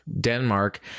Denmark